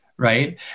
Right